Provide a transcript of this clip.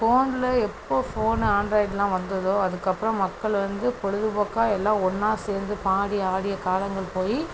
ஃபோனில் எப்போ ஃபோன்னு ஆன்ட்ராய்டு எல்லாம் வந்துதோ அதுக்கு அப்புறம் மக்கள் வந்து பொழுதுபோக்கா எல்லாம் ஒன்னாக சேர்ந்து பாடி ஆடிய காலங்கள் போய்